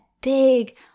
big